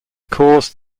caused